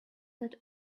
that